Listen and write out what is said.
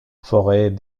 forêts